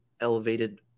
elevated